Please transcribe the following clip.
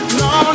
no